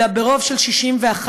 אלא ברוב של 61,